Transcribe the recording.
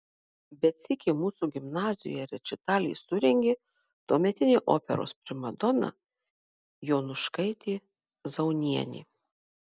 bet sykį mūsų gimnazijoje rečitalį surengė tuometinė operos primadona jonuškaitė zaunienė